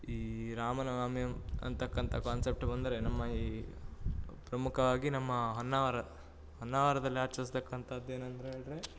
ಈ ರಾಮನವಮಿ ಅಂತಕ್ಕಂಥ ಕಾನ್ಸೆಪ್ಟ್ ಬಂದರೆ ನಮ್ಮ ಈ ಪ್ರಮುಖವಾಗಿ ನಮ್ಮ ಹೊನ್ನಾವರ ಹೊನ್ನಾವರದಲ್ಲಿ ಆಚರ್ಸ್ತಕ್ಕಂಥದ್ದು ಏನಂದ ಹೇಳಿದ್ರೆ